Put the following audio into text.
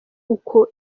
uko